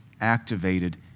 activated